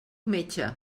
metge